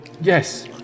Yes